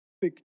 big